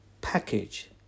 package